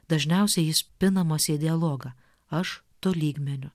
dažniausiai jis pinamas į dialogą aš tu lygmeniu